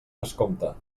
descompte